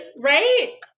right